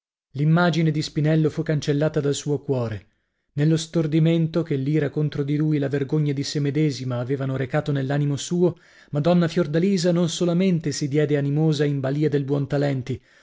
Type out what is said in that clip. l'immagine di spinello fu cancellata dal suo cuore nello stordimento che l'ira contro di lui e la vergogna di sè medesima avevano recato nell'animo suo madonna fiordalisa non solamente si diede animosa in balia del